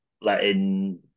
letting